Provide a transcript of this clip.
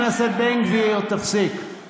חבר הכנסת בן גביר, מספיק.